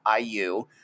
IU